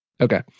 Okay